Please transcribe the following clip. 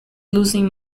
losing